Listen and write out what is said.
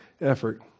effort